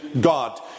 God